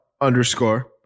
underscore